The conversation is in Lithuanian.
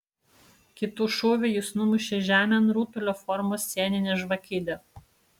kitu šūviu jis numušė žemėn rutulio formos sieninę žvakidę